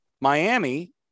Miami